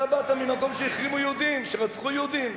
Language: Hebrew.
אתה באת ממקום שהחרימו יהודים, שרצחו יהודים.